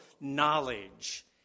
knowledge